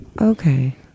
okay